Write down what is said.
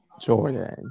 Jordan